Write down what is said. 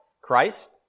Christ